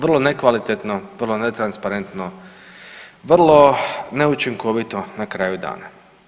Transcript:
Vrlo nekvalitetno, vrlo netransparentno, vrlo neučinkovito na kraju dana.